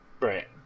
Right